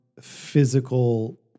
physical